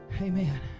Amen